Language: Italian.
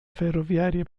ferroviaria